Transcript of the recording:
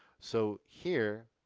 so here,